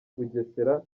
bugesera